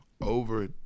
over